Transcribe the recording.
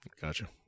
Gotcha